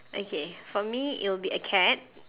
okay for me it'll be a cat